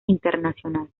internacional